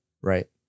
Right